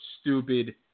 stupid